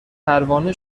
پروانه